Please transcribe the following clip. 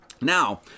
Now